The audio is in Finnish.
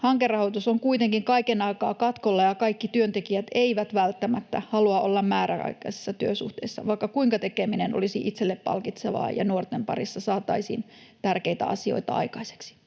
Hankerahoitus on kuitenkin kaiken aikaa katkolla, ja kaikki työntekijät eivät välttämättä halua olla määräaikaisessa työsuhteessa, vaikka kuinka tekeminen olisi itselle palkitsevaa ja nuorten parissa saataisiin tärkeitä asioita aikaiseksi.